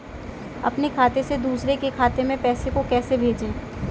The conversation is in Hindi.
अपने खाते से दूसरे के खाते में पैसे को कैसे भेजे?